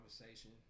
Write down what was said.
conversation